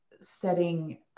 setting